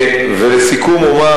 ולסיכום אומר,